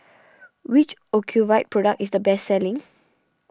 which Ocuvite product is the best selling